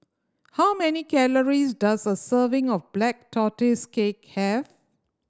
how many calories does a serving of Black Tortoise Cake have